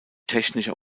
technischer